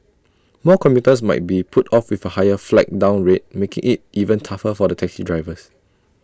more commuters might be put off with A higher flag down rate making IT even tougher for the taxi drivers